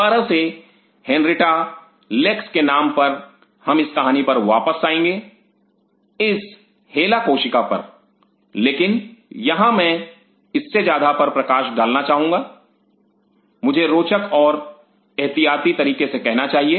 दोबारा से Henrietta Lacks के नाम पर हम इस कहानी पर वापस आएंगे इस 'हेला' कोशिका 'HeLa' cell पर लेकिन यहां मैं इससे ज्यादा पर प्रकाश डाला चाहूंगा मुझे रोचक और एहतियाती तरीके से कहना चाहिए